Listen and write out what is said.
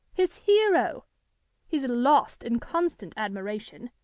his hero he's lost in constant admiration,